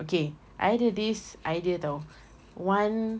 okay I ada this idea [tau] [one]